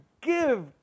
give